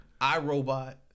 iRobot